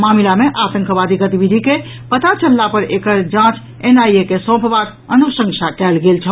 मामिला मे आतंकवादी गतिविधि के पता चलला पर एकर जांच एनआईए के सौंपबाक अनुशंसा कयल गेल छल